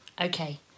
Okay